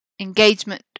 engagement